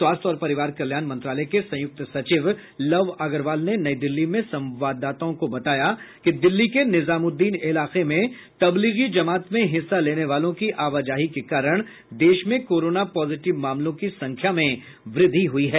स्वास्थ्य और परिवार कल्याण मंत्रालय के संयुक्त सचिव लव अग्रवाल ने नई दिल्ली में संवाददाताओं को बताया कि दिल्ली के निजामुद्दीन इलाके में तबलीगी जमात में हिस्सा लेने वालों की आवाजाही के कारण देश में कोरोना पॉजिटिव मामलों की संख्या में वृद्धि हुई है